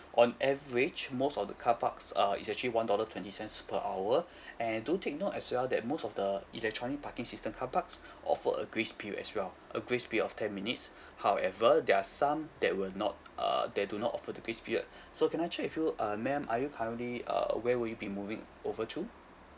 on average most of the car parks are is actually one dollar twenty cents per hour and do take note as well that most of the electronic parking system car parks offer a grace period as well a grace period of ten minutes however there are some that will not err they do not offer the grace period so can I check with you uh ma'am are you currently err where will you be moving over to